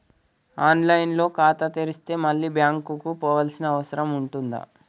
On line లో ఖాతా తెరిస్తే మళ్ళీ బ్యాంకుకు పోవాల్సిన అవసరం ఉంటుందా?